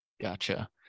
Gotcha